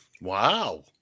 Wow